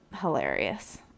Hilarious